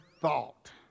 thought